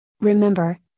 Remember